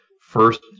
first